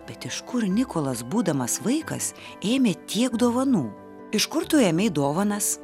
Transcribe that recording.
bet iš kur nikolas būdamas vaikas ėmė tiek dovanų iš kur tu ėmei dovanas